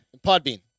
Podbean